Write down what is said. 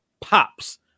pops